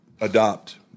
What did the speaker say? adopt